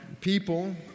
people